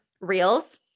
reels